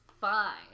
fine